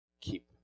keep